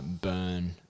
burn